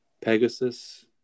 Pegasus